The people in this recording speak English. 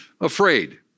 afraid